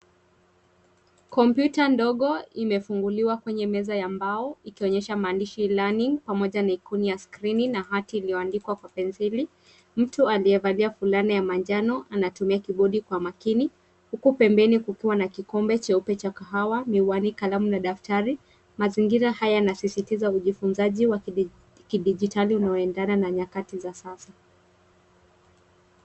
Kompyuta ndogo imefunfunguliwa kwenye meza ya mbao ikionyesha maandishi ilani pamoja na ikuni ya skrini na hati ilioandikwa kwa penseli. Mtu aliyevalia fulana ya manjano anatumia kipodi kwa makini huku pempeni kukiwa na kikombe jeupe cha kahawia miwani kalamu na daftari. Mazingira haya yanasisitiza ujifunzaji wa kidigitali unaoendana na nyakati za sasa.